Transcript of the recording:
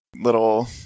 little